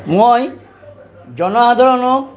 মই জনসাধাৰণক